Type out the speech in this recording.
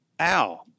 Ow